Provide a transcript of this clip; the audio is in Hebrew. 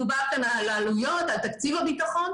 דובר כאן על עלויות, על תקציב הביטחון.